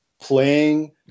playing